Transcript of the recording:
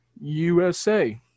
USA